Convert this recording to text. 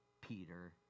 Peter